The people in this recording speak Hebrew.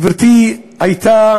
גברתי הייתה